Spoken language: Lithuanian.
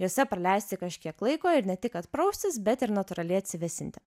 juose praleisti kažkiek laiko ir ne tik kad praustis bet ir natūraliai atsivėsinti